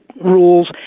rules